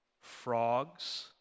Frogs